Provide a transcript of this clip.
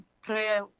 prayer